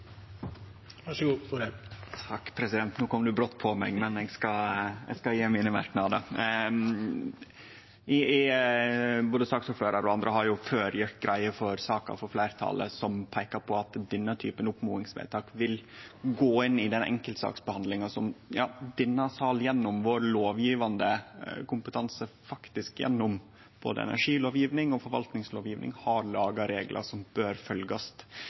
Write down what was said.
på meg, men eg skal gje mine merknader. Både saksordføraren og andre har før gjort greie for saka frå fleirtalet si side, som peikar på at denne typen oppmodingsvedtak vil gå inn i den enkeltsaksbehandlinga som denne salen gjennom vår lovgjevande kompetanse, faktisk gjennom både energilovgjevinga og forvaltingslovgjevinga, har laga reglar for som bør